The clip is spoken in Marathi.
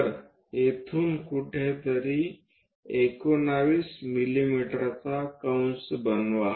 तर येथून कुठेतरी 19 मिमीचा कंस बनवा